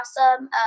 awesome